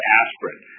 aspirin